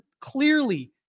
clearly